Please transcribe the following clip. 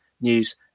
news